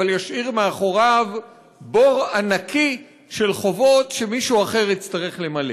אבל ישאיר מאחוריו בור ענקי של חובות שמישהו אחר יצטרך למלא.